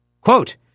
quote